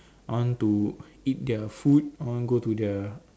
I want to eat their food I want go to the